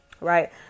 Right